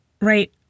right